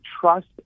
trust